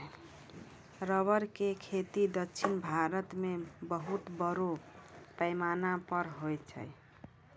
rubber के खेती दक्षिण भारत मॅ बहुत बड़ो पैमाना पर होय छै